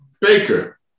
Baker